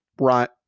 Right